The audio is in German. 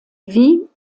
wie